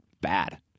bad